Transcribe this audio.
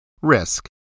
Risk